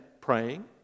praying